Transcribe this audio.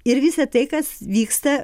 ir visa tai kas vyksta